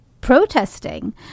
protesting